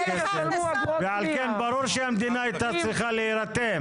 כסף ועל כן ברור שהמדינה הייתה צריכה להירתם.